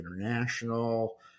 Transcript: International